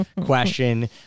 question